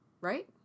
right